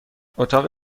اتاق